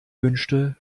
wünschte